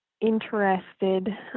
interested